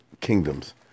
kingdoms